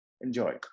enjoy